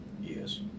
Yes